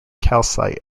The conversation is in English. calcite